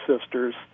sisters